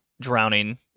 drowning